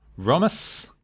Romus